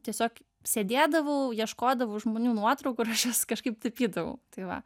tiesiog sėdėdavau ieškodavo žmonių nuotraukų ir aš juos kažkaip tapydavau tai va